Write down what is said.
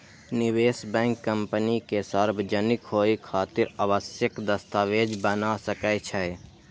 निवेश bank company के सार्वजनिक होइ खातिर आवश्यक दस्तावेज बना सकै छै